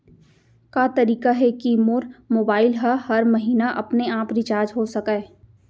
का तरीका हे कि मोर मोबाइल ह हर महीना अपने आप रिचार्ज हो सकय?